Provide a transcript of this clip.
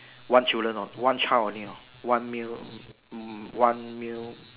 one children orh one child only orh one male mm one male